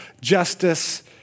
justice